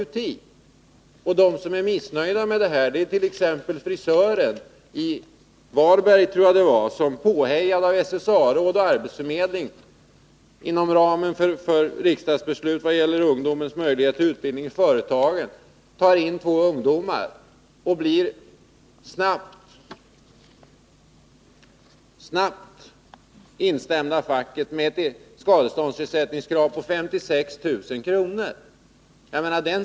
Som exempel på den som är missnöjd med förhållandena kan jag nämna frisören i Varberg — jag tror det var där — som, påhejad av SSA-råd och arbetsförmedling, inom ramen för riksdagsbeslutet vad gäller ungdomars möjligheter till utbildning i företagen, tar in två ungdomar och snabbt blir instämd av facket med ett skadeståndsersättningskrav på 56 000 kr.